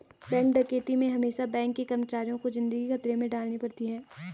bank डकैती में हमेसा बैंक के कर्मचारियों को जिंदगी खतरे में डालनी पड़ती है